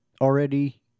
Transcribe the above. already